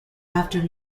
after